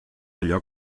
allò